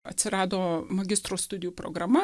atsirado magistro studijų programa